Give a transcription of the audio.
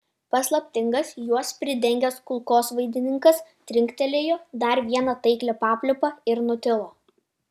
paslaptingas juos pridengęs kulkosvaidininkas trinktelėjo dar vieną taiklią papliūpą ir nutilo